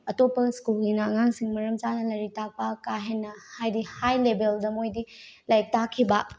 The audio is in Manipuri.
ꯑꯇꯣꯞꯄ ꯁ꯭ꯀꯨꯜꯒꯤꯅ ꯑꯉꯥꯡꯁꯤꯡ ꯃꯔꯝ ꯆꯥꯅ ꯂꯥꯏꯔꯤꯛ ꯇꯥꯛꯄ ꯀꯥꯍꯦꯟꯅ ꯍꯥꯏꯗꯤ ꯍꯥꯏ ꯂꯦꯚꯦꯜꯗ ꯃꯣꯏꯗꯤ ꯂꯥꯏꯔꯤꯛ ꯇꯥꯛꯈꯤꯕ